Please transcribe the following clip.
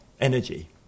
energy